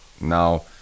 Now